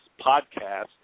podcast